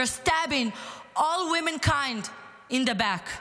you are stabbing all womankind in the back.